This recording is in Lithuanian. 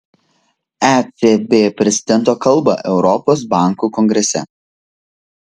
ecb prezidento kalbą europos bankų kongrese